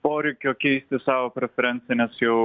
poreikio keisti savo preferencines jau